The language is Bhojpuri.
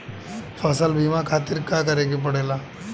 फसल बीमा खातिर का करे के पड़ेला?